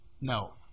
no